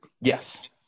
yes